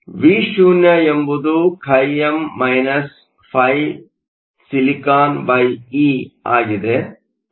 ಆದ್ದರಿಂದ V0 ಎಂಬುದು χm −φSiE ಆಗಿದೆ